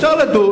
אפשר לדון.